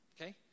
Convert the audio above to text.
okay